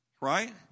right